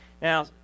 Now